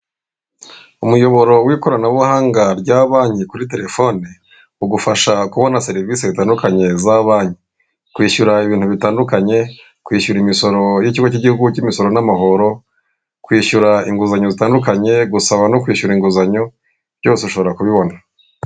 Umuyoboro w'ikoranabuhanga rya banki kuri telefone, ugufasha kubona serivisi zitandukanye za banki, kwishyura ibintu bitandukanye, kwishyura imisoro y'ikigo cy'igihugu cy'imisoro n'amahoro, kwishyura inguzanyo zitandukanye, gusaba no kwishyura inguzanyo, byose ushobora kubibona.